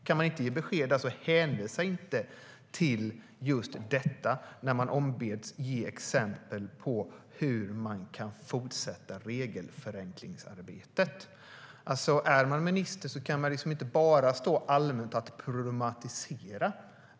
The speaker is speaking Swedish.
Kan man inte ge besked där, så hänvisa inte till just detta som exempel på hur man kan fortsätta regelförenklingsarbetet. Är man minister kan man inte nöja sig med att bara problematisera.